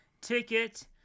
ticket